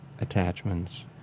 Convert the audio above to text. attachments